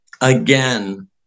again